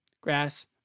grass